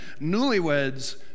newlyweds